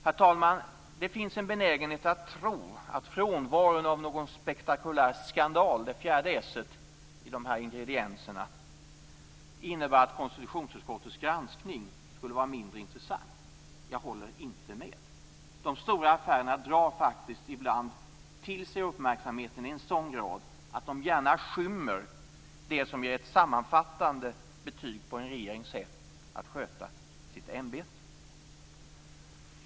Herr talman! Det finns en benägenhet att tro att frånvaron av en spektakulär skandal, det fjärde s:et i ingredienserna, innebär att konstitutionsutskottets granskning skulle vara mindre intressant. Jag håller inte med. De stora affärerna drar ibland till sig uppmärksamheten i sådan grad att de gärna skymmer det som ger ett sammanfattande betyg på en regerings sätt att sköta sitt ämbete.